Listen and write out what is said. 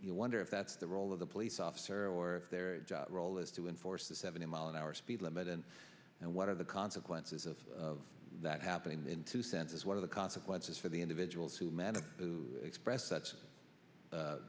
you wonder if that's the role of the police officer or their role is to enforce the seventy mile an hour speed limit and and what are the consequences of that happening in two senses one of the consequences for the individuals who manage to express such